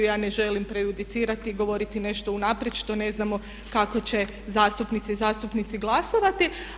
Ja ne želim prejudicirati, govoriti nešto unaprijed što ne znamo kako će zastupnice i zastupnici glasovati.